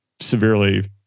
severely